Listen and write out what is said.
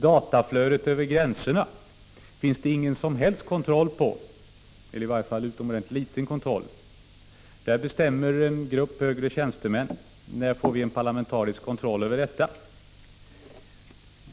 Det finns ingen som helst, eller i varje fall utomordentligt liten, kontroll på dataflödet över gränserna. Där bestämmer en grupp högre tjänstemän. När får vi en parlamentarisk kontroll över detta?